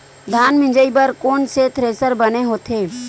धान मिंजई बर कोन से थ्रेसर बने होथे?